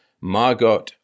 Margot